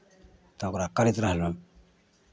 तऽ ओकरा करैत रहलहुँ